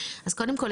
אז קודם כל,